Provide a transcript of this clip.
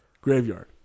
graveyard